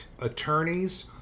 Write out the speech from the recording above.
attorneys